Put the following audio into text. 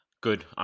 Good